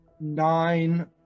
nine